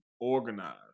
organized